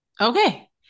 Okay